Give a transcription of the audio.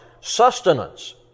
sustenance